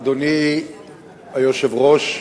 אדוני היושב-ראש,